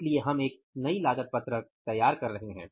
इसलिए हम एक नई लागत पत्रक तैयार कर रहे हैं